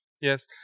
Yes